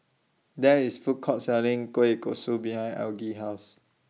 There IS Food Court Selling Kueh Kosui behind Algie's House